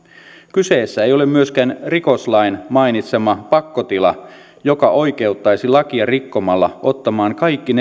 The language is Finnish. kyseessä ei ole myöskään rikoslain mainitsema pakkotila joka oikeuttaisi lakia rikkomalla ottamaan kaikki